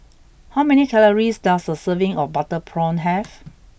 how many calories does a serving of Butter Prawn have